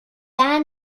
gar